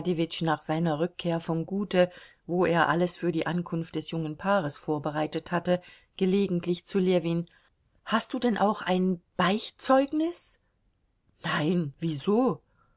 nach seiner rückkehr vom gute wo er alles für die ankunft des jungen paares vorbereitet hatte gelegentlich zu ljewin hast du denn auch ein beichtzeugnis nein wieso